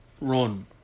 run